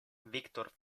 victor